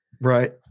right